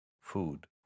food